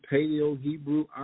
Paleo-Hebrew